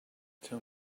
tell